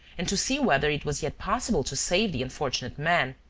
and to see whether it was yet possible to save the unfortunate man.